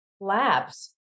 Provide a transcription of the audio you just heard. labs